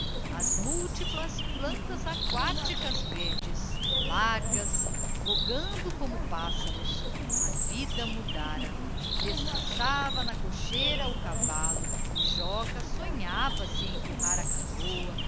as múltiplas plantas aquáticas verdes largas vogando como pássaros a vida mudara descançava na cocheira o cavallo e joca sonhava se a empurrar a canoa